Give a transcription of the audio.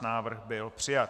Návrh byl přijat.